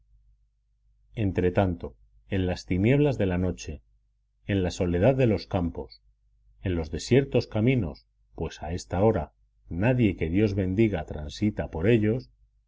entretanto en las tinieblas de la noche en la soledad de los campos en los desiertos caminos pues a esta hora nadie que dios bendiga transita por ellos